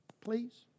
Please